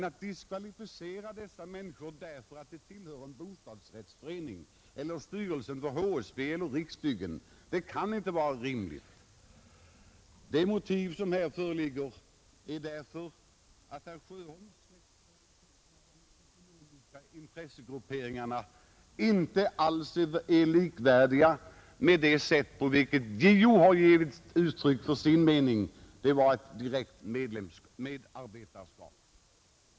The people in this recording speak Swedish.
Att diskvalificera dessa personer därför att de tillhör en bostadsrättsförening eller styrelsen för HSB eller Riksbyggen kan inte vara rimligt. Herr Sjöholms sätt att beskriva de ekonomiska intressegrupperingarna överensstämmer inte alls med det fall där JO givit uttryck för sin mening; i det fallet gällde det ett direkt medarbetarskap.